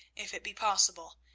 if it be possible,